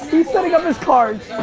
setting up his cards.